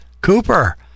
Cooper